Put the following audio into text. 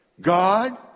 God